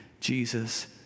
Jesus